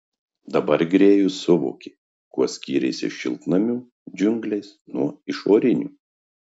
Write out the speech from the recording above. dabar grėjus suvokė kuo skyrėsi šiltnamio džiunglės nuo išorinių